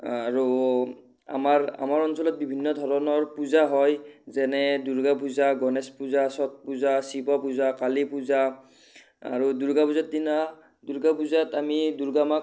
আৰু আমাৰ আমাৰ অঞ্চলত বিভিন্ন ধৰণৰ পূজা হয় যেনে দুৰ্গা পূজা গণেশ পূজা চট পূজা শিৱ পূজা কালী পূজা আৰু দুৰ্গা পূজাৰ দিনা দুৰ্গা পূজাত আমি দুৰ্গা মাক